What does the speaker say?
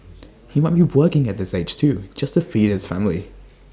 he might be working at this age too just to feed his family